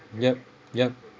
yup yup